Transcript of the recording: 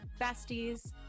besties